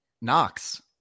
Knox